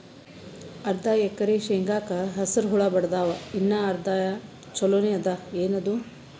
ಅರ್ಧ ಎಕರಿ ಶೇಂಗಾಕ ಹಸರ ಹುಳ ಬಡದಾವ, ಇನ್ನಾ ಅರ್ಧ ಛೊಲೋನೆ ಅದ, ಏನದು?